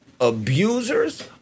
abusers